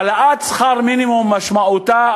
העלאת שכר המינימום משמעותה,